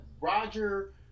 Roger